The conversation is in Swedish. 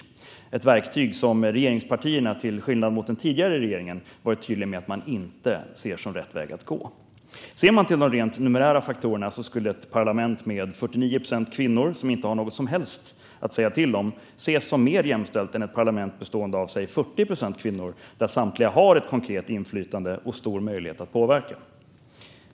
Detta verktyg har regeringspartierna till skillnad från den tidigare regeringen varit tydliga med att de inte ser som rätt väg att gå. Ser man till de rent numerära faktorerna skulle ett parlament med 49 procent kvinnor som inte har något som helst att säga till om ses som mer jämställt än ett parlament bestående av säg 40 procent kvinnor där samtliga har ett konkret inflytande och stor möjlighet att påverka.